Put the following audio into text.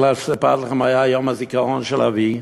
סיפרתי לכם שהיה יום הזיכרון של אבי,